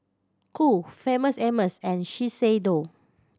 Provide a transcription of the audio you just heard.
Qoo Famous Amos and Shiseido